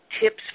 tips